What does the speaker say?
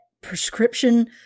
prescription